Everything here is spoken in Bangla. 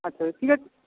আচ্ছা ঠিক আছে